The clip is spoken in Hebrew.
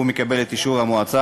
והוא מקבל את אישור המועצה,